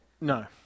No